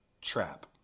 trap